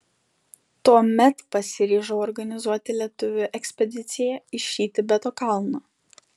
tuomet pasiryžau organizuoti lietuvių ekspediciją į šį tibeto kalną